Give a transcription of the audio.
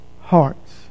hearts